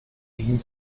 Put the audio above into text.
leaving